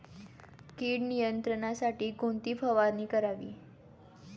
कीड नियंत्रणासाठी कोणती फवारणी करावी?